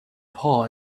paw